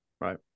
Right